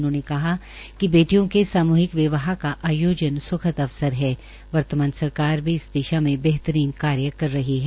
उन्होंने कहा कि बेटियों के सामूहिक विवाह का आयोजन सुखद अवसर है वर्तमान सरकार भी इस दिशा में बेहतरीन कार्य कर रही है